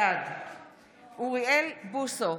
בעד אוריאל בוסו,